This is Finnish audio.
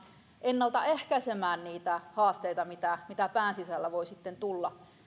ennaltaehkäisemään niitä haasteita mitä mitä pään sisällä voi tulla